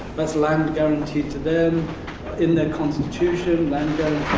that's land guaranteed to them in their constitution, land